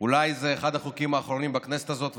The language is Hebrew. זה אולי אחד החוקים האחרונים בכנסת הזאת,